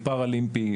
פרה-אולימפי,